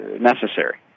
necessary